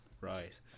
Right